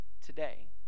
today